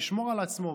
לשמור על עצמו,